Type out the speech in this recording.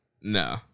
No